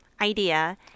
idea